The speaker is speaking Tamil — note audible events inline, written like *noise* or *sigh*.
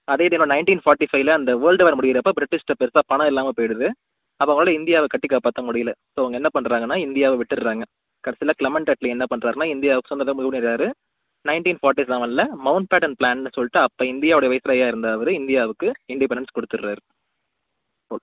அதே இது இன்னும் நைன்டின் ஃபார்ட்டி ஃபைவில அந்த வேர்ல்டு வார் முடியிறப்போ பிரிட்டிஷ்கிட்ட பெருசாக பணம் இல்லாம போயிடுது அப்போ கூட இந்தியாவை கட்டி காப்பாற்ற முடியிலை ஸோ அவங்க என்ன பண்ணுறாங்கன்னா இந்தியாவை விட்டுறாங்க கடைசியில கிளமண்ட் அட்லி என்ன பண்ணுறாருனா இந்தியாவுக்கு சுதந்திரம் *unintelligible* பண்ணிறார் நைன்டின் ஃபார்ட்டி செவெனில் மௌண்ட் பேட்டர்ன் பிளான்னு சொல்லிட்டு அப்போ இந்தியாவோட வைஸுராயாக இருந்த அவர் இந்தியாவுக்கு இண்டிபெண்டன்ஸ் கொடுத்துறாரு ஓக்